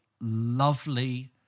lovely